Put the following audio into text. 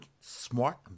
smart